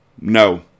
No